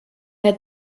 had